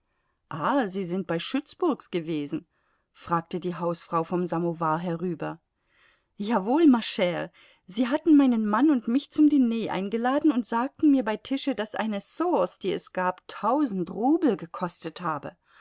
ah sie sind bei schützburgs gewesen fragte die hausfrau vom samowar herüber jawohl ma chre sie hatten meinen mann und mich zum diner eingeladen und sagten mir bei tische daß eine sauce die es gab tausend rubel gekostet habe